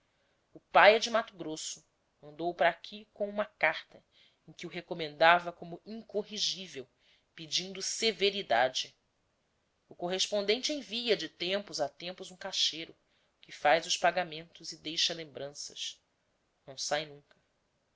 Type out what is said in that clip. o pai é de mato grosso mandou-o para aqui com uma carta em que o recomendava como incorrigível pedindo severidade o correspondente envia de tempos a tempos um caixeiro que faz os pagamentos e deixa lembranças não sai nunca